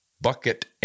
bucket